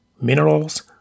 minerals